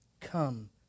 come